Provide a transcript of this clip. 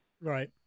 Right